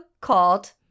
called